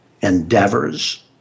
endeavors